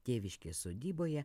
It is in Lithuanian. tėviškės sodyboje